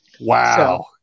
Wow